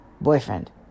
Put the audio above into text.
boyfriend